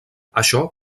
això